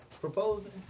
proposing